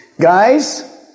Guys